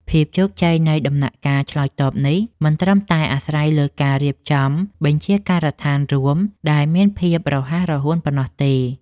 ភាពជោគជ័យនៃដំណាក់កាលឆ្លើយតបនេះ មិនត្រឹមតែអាស្រ័យលើការរៀបចំបញ្ជាការដ្ឋានរួមដែលមានភាពរហ័សរហួនប៉ុណ្ណោះទេ។